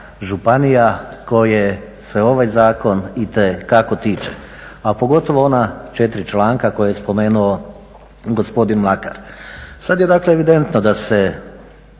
kojih se ovaj zakon itekako tiče. A pogotovo ona 4 članka koja je spomenuo gospodin Mlakar. Sad je dakle evidentno da se